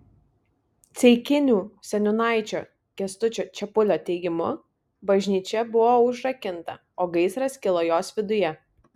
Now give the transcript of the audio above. ceikinių seniūnaičio kęstučio čepulio teigimu bažnyčia buvo užrakinta o gaisras kilo jos viduje